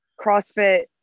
CrossFit